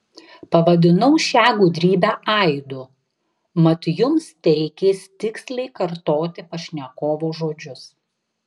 pavadinau šią gudrybę aidu mat jums tereikės tiksliai kartoti pašnekovo žodžius